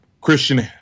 Christian